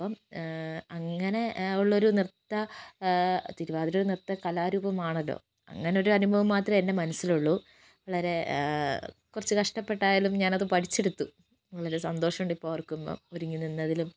അപ്പം ഹേ അങ്ങനെ ഉള്ളൊരു നൃത്ത തിരുവാതിര ഒരു നൃത്ത കലാരൂപമാണല്ലോ അങ്ങനൊരു അനുഭവം മാത്രമെ എൻ്റെ മനസ്സിലുള്ളു വളരേ കുറച്ചു കഷ്ടപ്പെട്ടായാലും ഞാൻ അത് പഠിച്ചെടുത്തു ഒന്നുല്ലെങ്കിലും സന്തോഷമുണ്ട് ഇപ്പോൾ ഓർക്കുമ്പോൾ ഒരുങ്ങി നിന്നതിലും